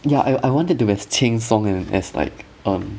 yeah I I wanted to as 轻松 as like um